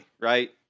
right